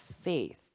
faith